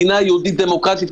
מדינה יהודית ודמוקרטית,